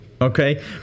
okay